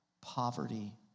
poverty